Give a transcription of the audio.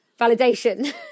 validation